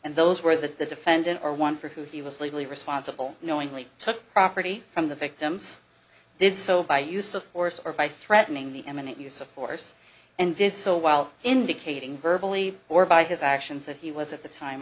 and those were that the defendant or one for who he was legally responsible knowingly took property from the victims did so by use of force or by threatening the eminent use of force and did so while indicating verbal e or by his actions that he was at the time